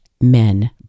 men